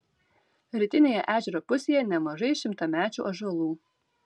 rytinėje ežero pusėje nemažai šimtamečių ąžuolų